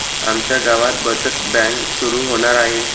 आमच्या गावात बचत बँक सुरू होणार आहे